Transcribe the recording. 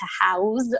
house